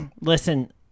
listen